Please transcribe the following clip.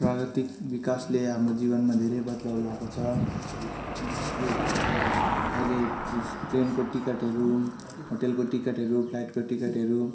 प्रागितिक विकासले हाम्रो जीवनमा धेरै बदलाउ ल्याएको छ जस्तो कि अहिले ट्रेस ट्रेनको टिकटहरू होटलको टिकटहरू फ्लाइटको टिकटहरू